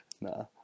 Nah